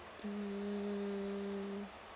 mm